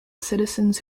citizens